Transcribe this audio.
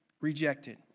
rejected